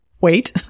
wait